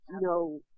no